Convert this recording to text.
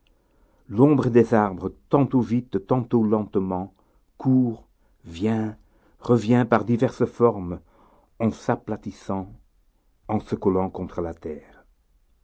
l'ombre des arbres tantôt vite tantôt lentement court vient revient par diverses formes en s'aplatissant en se collant contre la terre